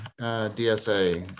DSA